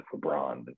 LeBron